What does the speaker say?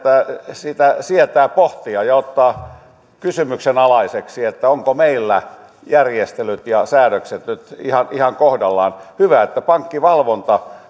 sitä sietää pohtia ja ottaa kysymyksenalaiseksi se ovatko meillä järjestelyt ja säädökset nyt ihan ihan kohdallaan hyvä että pankkivalvonta